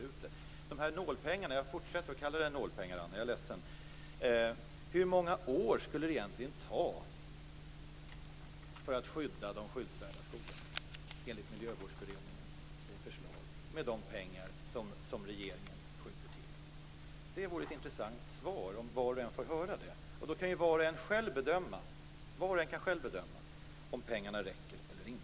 Vad gäller de här nålpengarna - jag fortsätter att kalla dem så - undrar jag: Hur många år skulle det enligt Miljövårdsberedningens förslag egentligen ta för att skydda de skyddsvärda skogarna med de pengar som regeringen skjuter till? Det vore intressant för var och en av oss att få ett svar på detta. Då kan var och en själv bedöma om pengarna räcker eller inte.